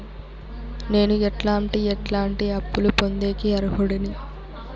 నేను ఎట్లాంటి ఎట్లాంటి అప్పులు పొందేకి అర్హుడిని?